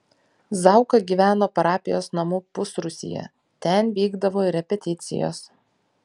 zauka gyveno parapijos namų pusrūsyje ten vykdavo ir repeticijos